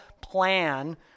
plan